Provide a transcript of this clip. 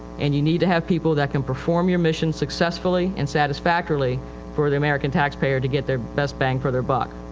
and you need to have people that can perform your mission successfully and satisfactorily for the american taxpayer to get their best bang for their buck.